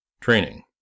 Training